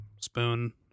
spoon